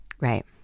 Right